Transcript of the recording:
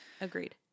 agreed